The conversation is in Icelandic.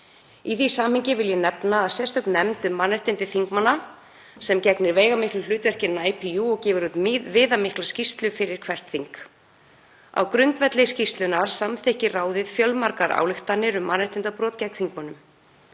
Í því samhengi vil ég nefna sérstaka nefnd um mannréttindi þingmanna sem gegnir veigamiklu hlutverki innan sambandsins og gefur út viðamikla skýrslu fyrir hvert þing. Á grundvelli skýrslunnar samþykkir ráðið fjölmargar ályktanir um mannréttindabrot gegn þingmönnum.